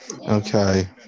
Okay